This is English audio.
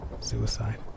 Suicide